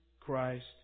Christ